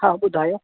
हा ॿुधायो